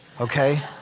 okay